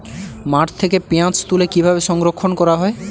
মাঠ থেকে পেঁয়াজ তুলে কিভাবে সংরক্ষণ করা হয়?